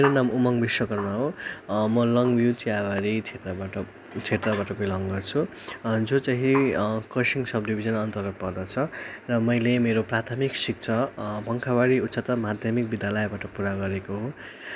मेरो नाम उमङ्ग विश्वकर्म हो म लङ भ्यु चियाबारी क्षेत्रबाट क्षेत्रबाट बिलङ गर्छु जो चाहिँ खरसाङ सब डिभिजन अन्तर्गत पर्दछ र मैले मेरो प्राथमिक शिक्षा पङ्खाबारी उच्चत्तर माध्यमिक विद्यालयबाट पुरा गरेको हो